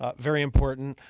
ah very important.